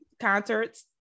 concerts